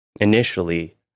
initially